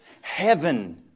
Heaven